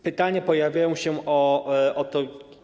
Pytania pojawiają się o to.